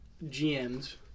GMs